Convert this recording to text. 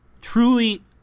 truly